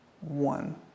One